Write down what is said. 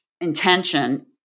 intention